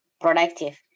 productive